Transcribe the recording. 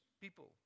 people